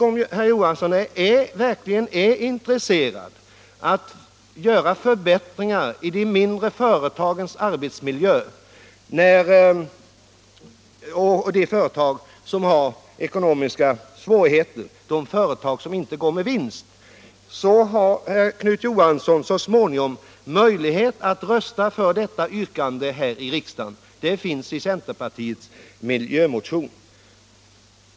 Om herr Johansson verkligen är intresserad av att förbättringar vidtas i arbetsmiljön inom mindre företag som inte går med vinst, har Knut Johansson möjlighet att så småningom rösta för detta yrkande här i kammaren. Det ingår i centerpartiets miljömotion.